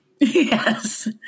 yes